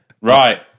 Right